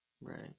right